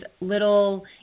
little